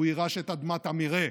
הוא יירש את אדמת המרעה,